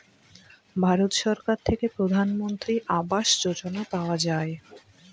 ভারত সরকার থেকে প্রধানমন্ত্রী আবাস যোজনা পাওয়া যায়